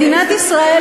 מדינת ישראל,